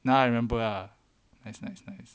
now I remember ah that's nice nice